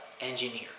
engineer